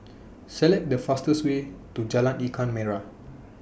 Select The fastest Way to Jalan Ikan Merah